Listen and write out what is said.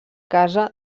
casa